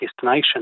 destination